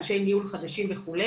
אנשי ניהול חדשים וכו'.